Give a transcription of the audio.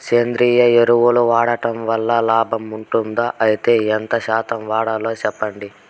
సేంద్రియ ఎరువులు వాడడం వల్ల లాభం ఉంటుందా? అయితే ఎంత శాతం వాడాలో చెప్పండి?